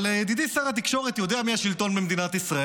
אבל ידידי שר התקשורת יודע מי השלטון במדינת ישראל,